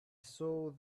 saw